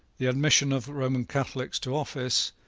the admission of roman catholics to office,